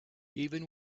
even